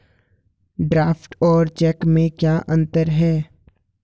Draft और cheque में क्या अंतर है?